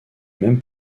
même